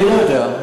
אני לא יודע.